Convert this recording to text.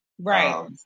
Right